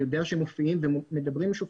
אני יודע שהם מופיעים ומדברים עם השופטים.